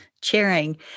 cheering